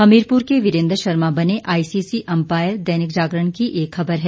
हमीरपुर के वीरेंद्र शर्मा बने ICC umpire Dainik Jagran की खबर है